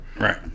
Right